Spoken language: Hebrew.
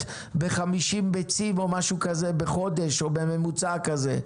ב-50 ביצים או משהו כזה בחודש או בממוצע כזה,